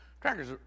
Tracker's